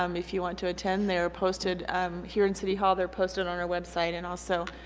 um if you want to attend they're posted here in city hall. they're posted on our website and also